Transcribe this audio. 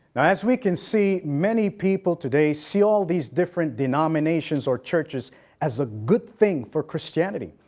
as we can see many people today see all these different denominations or churches as a good thing for christianity.